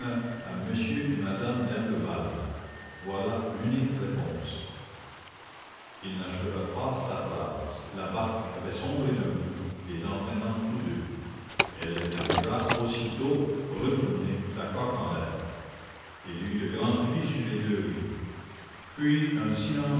à monsieur et madame il n'acheva pas sa phrase la barque avait sombré d'un coup les entraînant tous deux elle émergea aussitôt retournée la coque en l'air il y eut de grands cris sur les deux rives puis un silence